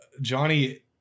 Johnny